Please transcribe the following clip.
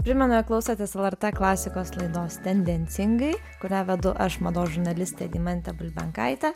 primenu jog klausotės lrt klasikos laidos tendencingai kurią vedu aš mados žurnalistė deimantė bulbenkaitė